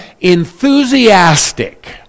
Enthusiastic